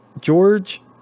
George